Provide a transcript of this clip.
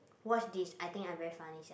watch this I think I very funny sia